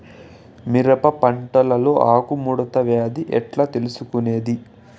మిరప పంటలో ఆకు ముడత వ్యాధి ఎట్లా తెలుసుకొనేది?